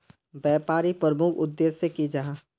व्यापारी प्रमुख उद्देश्य की जाहा?